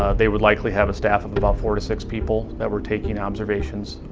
they would likely have a staff of but about four to six people that were taking observations,